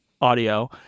audio